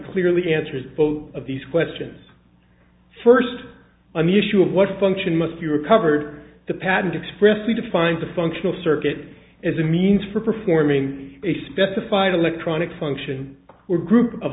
clearly answers both of these questions first on the issue of what function must be recovered the patent expressly defines a functional circuit as a means for performing a specified electronic function or group of